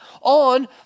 on